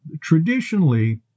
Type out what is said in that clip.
traditionally